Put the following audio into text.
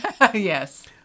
Yes